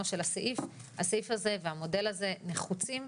של הסעיף - הסעיף הזה והמודל הזה נחוצים,